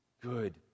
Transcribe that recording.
good